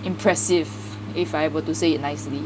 impressive if I were to say it nicely